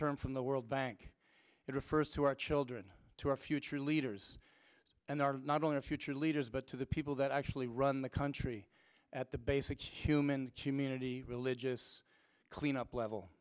term from the world bank it refers to our children to our future leaders and our not only future leaders but to the people that actually run the country at the basic human community religious cleanup level